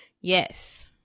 Yes